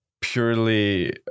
purely